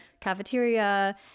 cafeteria